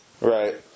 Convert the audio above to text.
Right